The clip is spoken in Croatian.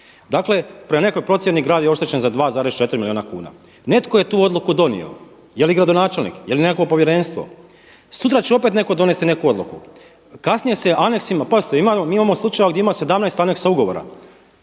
Dakle, prema nekoj procjeni grad je oštećen za 2,4 milijuna kuna. Netko je tu odluku donio. Je li gradonačelnik, je li nekakvo povjerenstvo. Sutra će opet netko donijeti neku odluku. Kasnije se aneksima, pazite, mi imamo slučajeva gdje ima 17 aneksa ugovora.